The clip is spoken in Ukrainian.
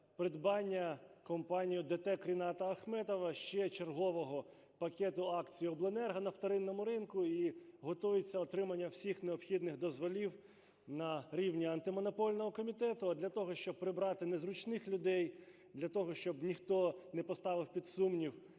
придбання компанією ДТЕК Ріната Ахметова ще чергового пакету акцій обленерго на вторинному ринку, і готується отримання всіх необхідних дозволів на рівні Антимонопольного комітету. А для того, щоб прибрати незручних людей, для того, щоб ніхто не поставив під сумнів